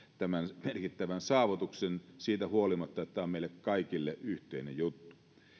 tämän merkittävän saavutuksen siitä huolimatta että tämä on meille kaikille yhteinen juttu